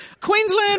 queensland